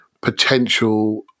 potential